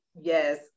Yes